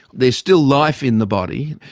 there's still life in the body,